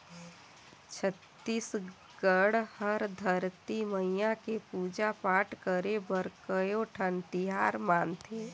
छत्तीसगढ़ हर धरती मईया के पूजा पाठ करे बर कयोठन तिहार मनाथे